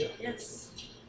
Yes